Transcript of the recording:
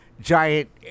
giant